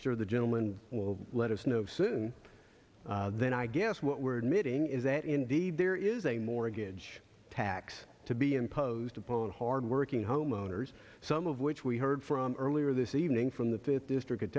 sure the gentleman will let us know soon then i guess what we're missing is that indeed there is a mortgage tax to be imposed upon hardworking homeowners some of which we heard from earlier this evening from the fifth district in